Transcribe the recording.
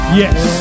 yes